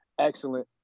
Excellent